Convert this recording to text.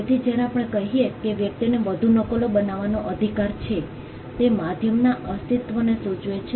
તેથી જ્યારે આપણે કહીએ કે વ્યક્તિને વધુ નકલો બનાવવાનો અધિકાર છે તે માધ્યમના અસ્તિત્વને સૂચવે છે